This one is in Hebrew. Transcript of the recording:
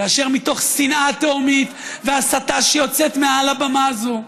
כאשר מתוך שנאה תהומית והסתה שיוצאת מעל הבמה הזאת,